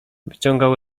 wyciągał